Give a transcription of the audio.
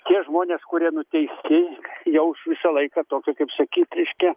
tie žmonės kurie nuteisti jau visą laiką tokio kaip sakyt reiškia